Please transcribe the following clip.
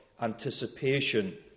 anticipation